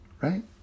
right